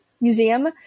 museum